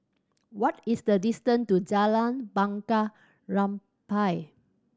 what is the distant to Jalan Bunga Rampai